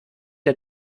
der